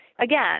Again